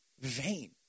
vain